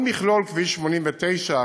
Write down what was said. כל מכלול כביש 89,